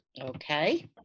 Okay